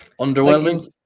underwhelming